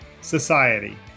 society